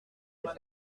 des